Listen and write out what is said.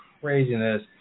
craziness